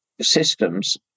systems